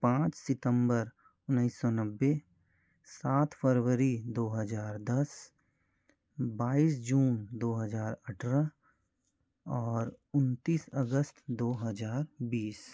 पाँच सितम्बर उन्नीस सौ नब्बे सात फ़रवरी दो हज़ार दस बाईस जून दो हज़ार अठरह और उनतीस अगस्त दो हज़ार बीस